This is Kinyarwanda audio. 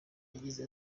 yagize